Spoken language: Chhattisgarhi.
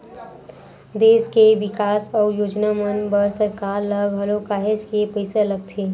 देस के बिकास अउ योजना मन बर सरकार ल घलो काहेच के पइसा लगथे